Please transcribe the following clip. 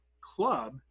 club